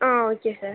ah okay sir